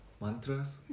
mantras